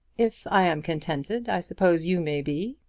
if i am contented i suppose you may be,